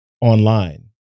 online